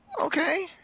Okay